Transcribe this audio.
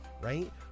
right